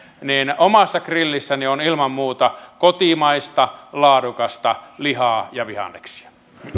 niin omassa grillissäni on ilman muuta kotimaista laadukasta lihaa ja vihanneksia